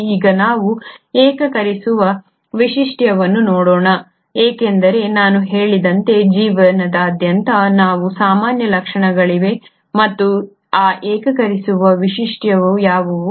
ಈಗ ನಾವು ಏಕೀಕರಿಸುವ ವೈಶಿಷ್ಟ್ಯವನ್ನು ನೋಡೋಣ ಏಕೆಂದರೆ ನಾನು ಹೇಳಿದಂತೆ ಜೀವನದಾದ್ಯಂತ ಸಾಮಾನ್ಯ ಲಕ್ಷಣಗಳಿವೆ ಮತ್ತು ಆ ಏಕೀಕರಿಸುವ ವೈಶಿಷ್ಟ್ಯಗಳು ಯಾವುವು